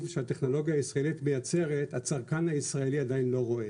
שהטכנולוגיה הישראלית מייצרת הצרכן הישראלי עדיין לא רואה.